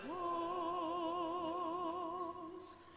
o s